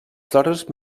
flores